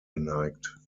geneigt